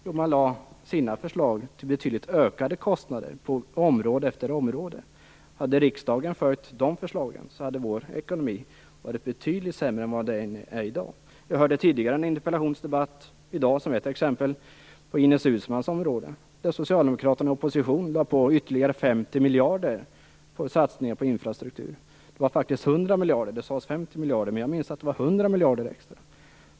Jo, de lade fram förslag till betydligt ökade kostnader på område efter område. Hade riksdagen följt de förslagen hade vår ekonomi varit betydligt sämre än vad den är i dag. Jag hörde exempelvis tidigare i dag en interpellationsdebatt på Ines Uusmanns område, där Socialdemokraterna i opposition ville lägga ytterligare 50 miljarder på satsningar på infrastruktur. Det var faktiskt 100 miljarder. Det sades att det var 50 miljarder, men jag minns att det var 100 miljarder extra.